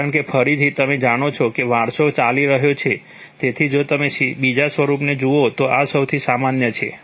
કારણ કે ફરીથી તમે જાણો છો કે વારસો ચાલી રહ્યો છે તેથી જો તમે બીજા સ્વરૂપને જુઓ તો આ સૌથી સામાન્ય છે